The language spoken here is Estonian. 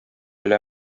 üle